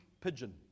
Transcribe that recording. pigeon